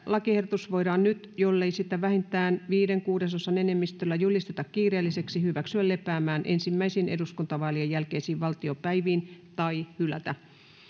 lakiehdotus voidaan nyt jollei sitä vähintään viiden kuudesosan enemmistöllä julisteta kiireelliseksi hyväksyä lepäämään ensimmäisiin eduskuntavaalien jälkeisiin valtiopäiviin tai hylätä